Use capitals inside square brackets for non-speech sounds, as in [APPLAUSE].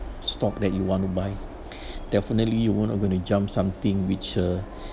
stock that you want to buy [BREATH] definitely you want to going to jump something which uh [BREATH]